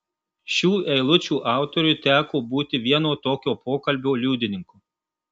šių eilučių autoriui teko būti vieno tokio pokalbio liudininku